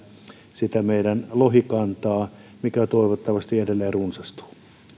meidän lohikantaamme mikä toivottavasti edelleen runsastuu